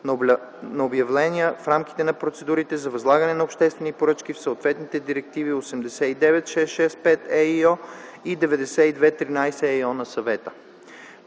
на обявления в рамките на процедурите за възлагане на обществени поръчки в съответствие с директиви 89/665/ЕИО и 92/13/ЕИО на Съвета”.